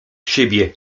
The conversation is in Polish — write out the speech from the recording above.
siebie